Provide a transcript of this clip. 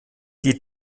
die